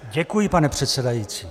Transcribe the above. Děkuji, pane předsedající.